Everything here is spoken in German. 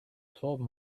torben